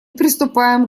приступаем